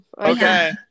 Okay